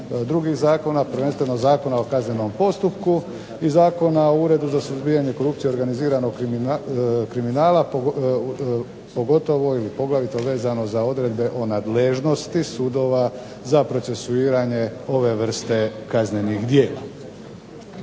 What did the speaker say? drugih zakona, prvenstveno Zakona o kaznenom postupku i Zakona o Uredu za suzbijanje korupcije i organiziranog kriminala, pogotovo ili poglavito vezano za odredbe o nadležnosti sudova za procesuiranje ove vrste kaznenih djela.